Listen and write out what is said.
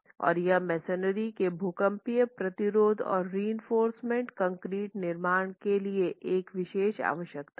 और यह मेसनरी के भूकंपीय प्रतिरोध और रिइंफोर्स कंक्रीट निर्माण के लिए एक विशेष आवश्यकता है